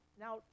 Now